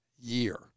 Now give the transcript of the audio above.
year